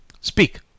Speak